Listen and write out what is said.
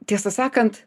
tiesą sakant